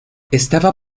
estaba